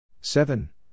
Seven